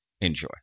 Enjoy